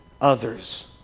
others